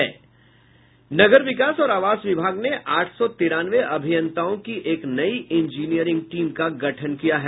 नगर विकास और आवास विभाग ने आठ सौ तिरानवे अभियंताओं की एक नई इंजीनियरिंग टीम का गठन किया है